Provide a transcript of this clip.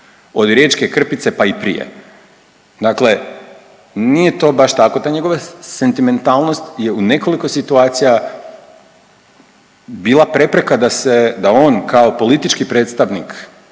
od riječke krpice pa i prije. Dakle, nije to baš tako, ta njegova sentimentalnost je u nekoliko situacija bila prepreka da se, da on kao politički predstavnik,